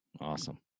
awesome